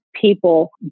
people